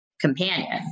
companion